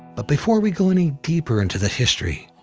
but before we go any deeper into the history,